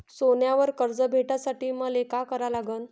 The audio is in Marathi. सोन्यावर कर्ज भेटासाठी मले का करा लागन?